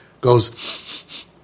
goes